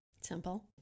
Simple